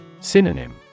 Synonym